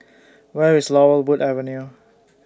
Where IS Laurel Wood Avenue